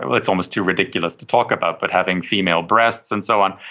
ah it's almost too ridiculous to talk about, but having female breasts and so on.